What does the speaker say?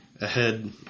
ahead